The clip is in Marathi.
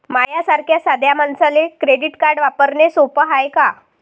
माह्या सारख्या साध्या मानसाले क्रेडिट कार्ड वापरने सोपं हाय का?